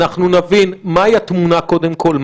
נבין מהי התמונה קודם כול,